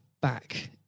back